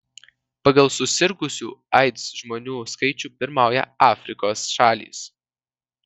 pagal susirgusių aids žmonių skaičių pirmauja afrikos šalys